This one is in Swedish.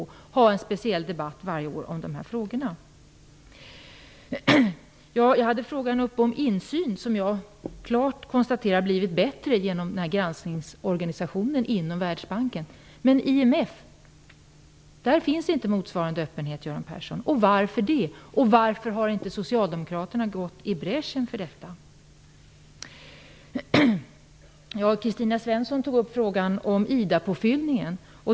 Vi skulle kunna ha en speciell debatt varje år om dessa frågor. Jag hade frågan om insyn uppe. Jag konstaterar att insynen har blivit klart bättre genom granskningsorganisationen inom Världsbanken. Men inom IMF finns inte motsvarande öppenhet, Göran Persson. Varför det? Varför har inte Socialdemokraterna gått i bräschen för detta? Kristina Svensson tog upp frågan om IDA påfyllningen.